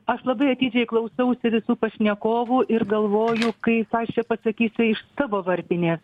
aš labai atidžiai klausausi ir su pašnekovu ir galvoju kaip aš čia pasakysiu iš savo varpinės